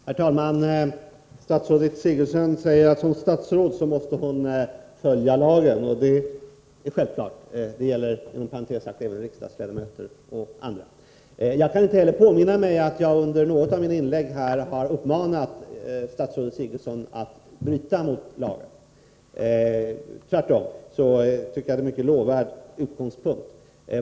Herr talman! Statsrådet Sigurdsen säger att hon som statsråd måste följa lagen, och det är självklart — det gäller inom parentes sagt även riksdagsledamöter och andra. Jag kan inte heller påminna mig att jag under något av mina inlägg har uppmanat statsrådet Sigurdsen att bryta mot lagen. Tvärtom tycker jag att hon här har en mycket lovvärd utgångspunkt.